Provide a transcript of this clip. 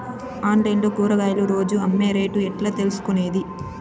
Online లో కూరగాయలు రోజు అమ్మే రేటు ఎట్లా తెలుసుకొనేది?